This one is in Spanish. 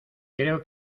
creo